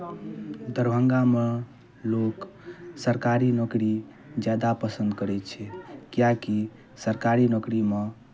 दरभंगामे लोक सरकारी नौकरी ज्यादा पसन्द करै छै किएकि सरकारी नौकरीमे